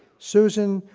susan,